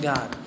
God